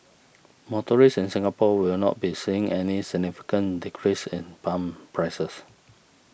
motorists in Singapore will not be seeing any significant decrease in pump prices